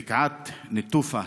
בקעת נטופה,